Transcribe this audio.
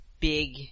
big